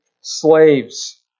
slaves